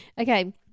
Okay